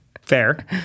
Fair